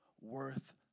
worth